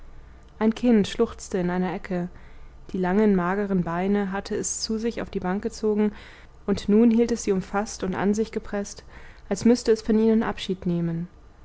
ein kind schluchzte in einer ecke die langen magern beine hatte es zu sich auf die bank gezogen und nun hielt es sie umfaßt und an sich gepreßt als müßte es von ihnen abschied nehmen